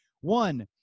one